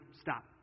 stop